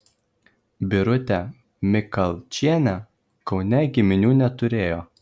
birutė mikalčienė kaune giminių neturėjo